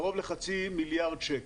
קרוב לחצי מיליארד שקל.